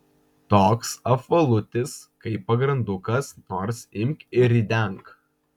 toks apvalutis kaip pagrandukas nors imk ir ridenk